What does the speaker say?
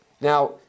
now